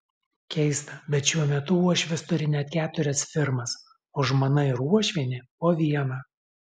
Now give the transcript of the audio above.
keista bet šiuo metu uošvis turi net keturias firmas o žmona ir uošvienė po vieną